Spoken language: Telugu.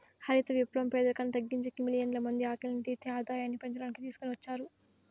హరిత విప్లవం పేదరికాన్ని తగ్గించేకి, మిలియన్ల మంది ఆకలిని తీర్చి ఆదాయాన్ని పెంచడానికి తీసుకొని వచ్చారు